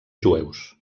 jueus